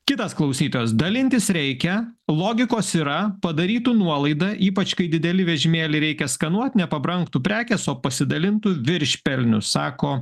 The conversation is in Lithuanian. kitas klausytojas dalintis reikia logikos yra padarytų nuolaidą ypač kai didelį vežimėlį reikia skanuot nepabrangtų prekės o pasidalintų viršpelnius sako